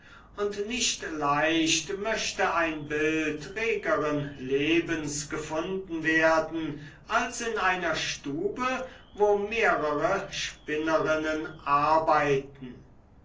und nicht leicht möchte ein bild regeren lebens gefunden werden als in einer stube wo mehrere spinnerinnen arbeiten